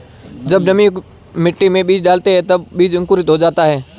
जब नमीयुक्त मिट्टी में बीज डालते हैं तब बीज अंकुरित हो जाता है